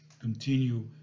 continue